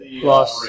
plus